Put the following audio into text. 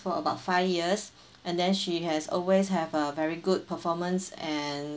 for about five years and then she has always have a very good performance and